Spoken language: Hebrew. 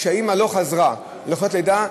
כשהאימא לא חזרה מחופשת הלידה,